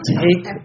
take